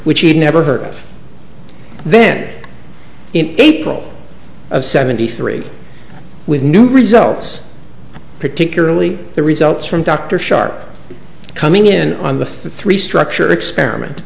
which he'd never heard of then in april of seventy three with new results particularly the results from dr sharp coming in on the three structure experiment